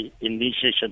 initiation